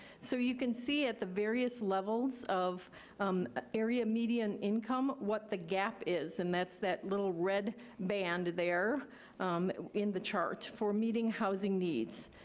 so you can see at the various levels of ah area median income what the gap is, and that's that little red band there in the chart, for meeting housing needs.